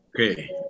Okay